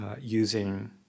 using